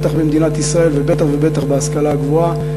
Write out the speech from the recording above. בטח במדינת ישראל ובטח ובטח בהשכלה הגבוהה.